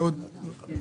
תודה.